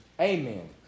Amen